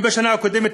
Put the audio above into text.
אם בשנה הקודמת,